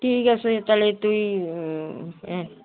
ঠিক আসে তাহলে তুই হ্যাঁ